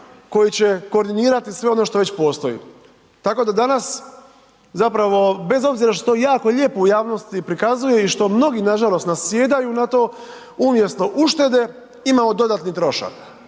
koji će koordinirati sve ono što već postoji. Tako da danas, zapravo, bez obzira što se to jako lijepo u javnosti pokazuje i što mnogi, nažalost nasjedaju na to, umjesto uštede, imamo dodati trošak.